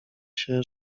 się